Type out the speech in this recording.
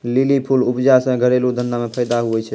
lily फूल उपजा से घरेलू धंधा मे फैदा हुवै छै